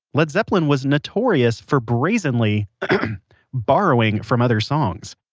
led zeppelin was notorious for brazenly borrowing from other songs.